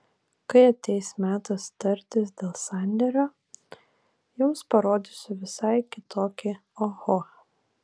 kai ateis metas tartis dėl sandėrio jums parodysiu visai kitokį oho